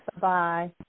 Bye